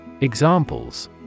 Examples